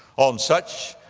on such,